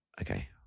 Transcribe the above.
Okay